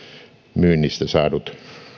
myynnistä saadut